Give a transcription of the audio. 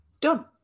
Done